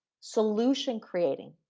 solution-creating